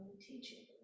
teaching